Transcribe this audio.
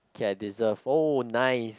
okay I deserve oh nice